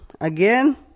again